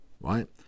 right